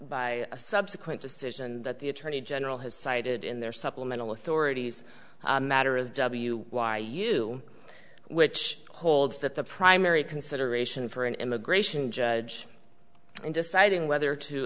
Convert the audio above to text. a subsequent decision that the attorney general has cited in their supplemental authorities matter of w y u which holds that the primary consideration for an immigration judge in deciding whether to